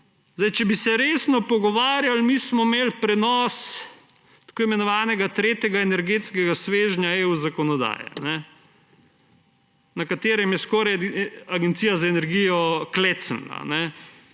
Če bi se resno pogovarjali, mi smo imeli prenos tako imenovanega tretjega energetskega svežnja EU zakonodaje, na katerem je skoraj Agencija za energijo klecnila,